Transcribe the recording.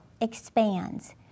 expands